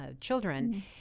children